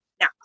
Now